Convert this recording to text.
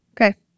okay